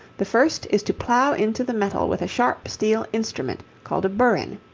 the first is to plough into the metal with a sharp steel instrument called a burin.